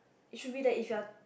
is should be that if you are